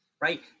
Right